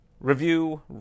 review